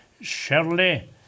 Shirley